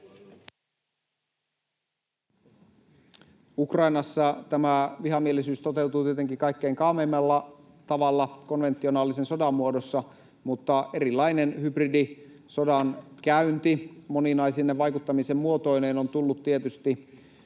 Ukrainassa tämä vihamielisyys toteutuu tietenkin kaikkein kaameimmalla tavalla, konventionaalisen sodan muodossa, mutta erilainen hybridisodankäynti moninaisine vaikuttamisen muotoineen on tullut tietysti